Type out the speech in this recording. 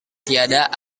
tiada